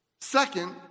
Second